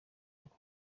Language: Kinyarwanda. ako